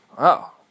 Wow